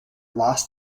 lost